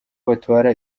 batwara